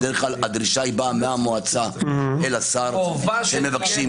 בדרך כלל הדרישה באה מהמועצה אל השר שהם מבקשים.